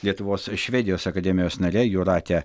lietuvos švedijos akademijos nare jūrate